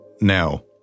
now